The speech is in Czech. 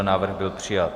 Návrh byl přijat.